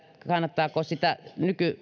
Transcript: kannattaako sitä